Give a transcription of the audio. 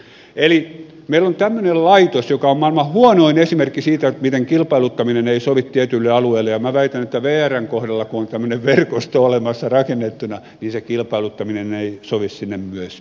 eli meillä on tämmöinen laitos joka on maailman huonoin esimerkki siitä miten kilpailuttaminen ei sovi tietyille alueille ja minä väitän että kun vrn kohdalla on tämmöinen verkosto olemassa rakennettuna niin se kilpailuttaminen ei sovi sinne myöskään yhtään